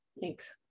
Thanks